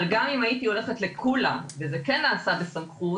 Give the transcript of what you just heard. אבל גם אם הייתי הולכת לקולא וזה כן נעשה בסמכות,